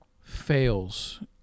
fails